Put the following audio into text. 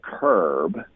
curb